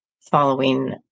following